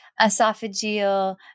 esophageal